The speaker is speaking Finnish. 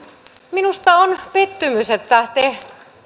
minusta on pettymys että te